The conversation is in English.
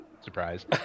Surprise